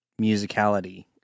musicality